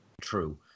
True